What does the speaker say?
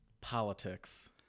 politics